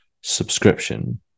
subscription